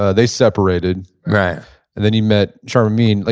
ah they separated right then he met charmian. like